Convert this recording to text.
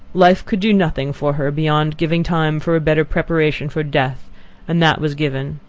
life could do nothing for her, beyond giving time for a better preparation for death and that was given.